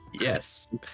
Yes